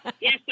Yes